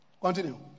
Continue